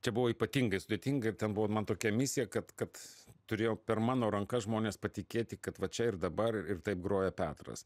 čia buvo ypatingai sudėtinga ir ten buvo man tokia misija kad kad turėjo per mano rankas žmonės patikėti kad va čia ir dabar ir taip groja petras